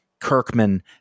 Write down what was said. kirkman